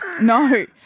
No